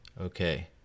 Okay